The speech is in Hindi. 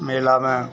मेले में